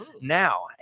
Now